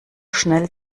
schnell